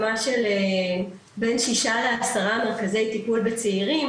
של בין שישה לעשרה מרכזי טיפול בצעירים,